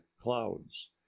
clouds